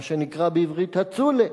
מה שנקרא בעברית "הצולה",